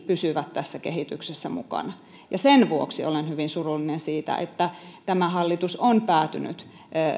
pysyvät tässä kehityksessä mukana ja sen vuoksi olen hyvin surullinen siitä että tämä hallitus on päätynyt